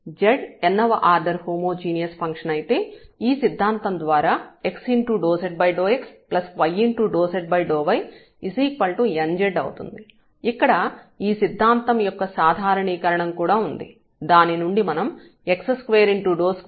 z n వ order homogeneous function అయితే ఈ సిద్ధాంతం ద్వారా x∂z∂xy∂z∂ynz అవుతుంది ఇక్కడ ఈ సిద్ధాంతం యొక్క సాధారణీకరణం కూడా ఉంది దాని నుండి మనం x22zx22xy2z∂x∂yy22zy2nz గా పొందుతాము ఇక్కడ z x y లలో n వ ఆర్డర్ హోమోజీనియస్ ఫంక్షన్